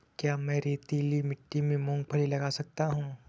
क्या मैं रेतीली मिट्टी में मूँगफली लगा सकता हूँ?